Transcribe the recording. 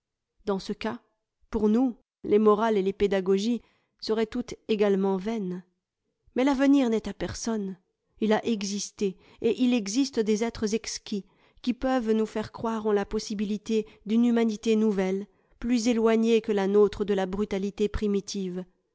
dans ce cas pour nous les morales et les pédagogies seraient toutes également vaines mais l'avenir n'est à personne il a existé et il existe des êtres exquis qui peuvent nous faire croire en la possibilité d'une humanité nouvelle plus éloignée que la nôtre de la brutalité primitive